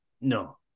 No